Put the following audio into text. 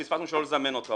פספסנו שלא לזמן אותו,